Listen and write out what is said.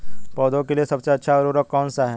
पौधों के लिए सबसे अच्छा उर्वरक कौन सा है?